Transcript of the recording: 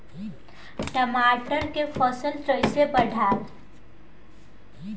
टमाटर के फ़सल कैसे बढ़ाई?